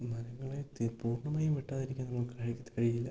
മരങ്ങളെ പൂർണ്ണമായും വെട്ടാതിരിക്കാൻ നമ്മൾക്ക് കഴിയില്ല